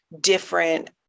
different